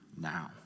now